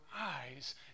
eyes